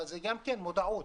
אבל מדובר גם במודעות,